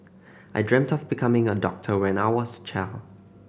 I dreamt of becoming a doctor when I was a child